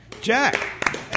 Jack